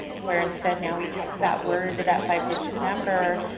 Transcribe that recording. where instead now we text that word to that five digit number.